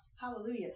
hallelujah